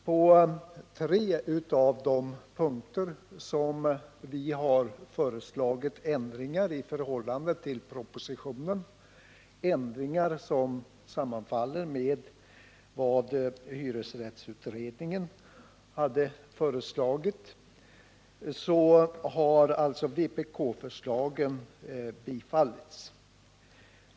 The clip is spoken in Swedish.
På tre av de punkter där vi har föreslagit ändringar i förhållande till propositionen, ändringår som sammanfaller med vad hyresrättsutredningen hade föreslagit, har vpk-förslagen tillstyrkts.